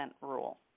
rule